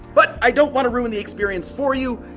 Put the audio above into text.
but i don't wanna ruin the experience for you.